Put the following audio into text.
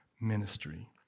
ministry